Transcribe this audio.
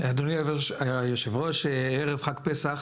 אדוני היו"ר, ערב חג פסח